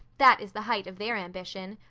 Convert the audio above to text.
that is the height of their ambition.